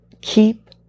keep